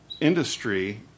industry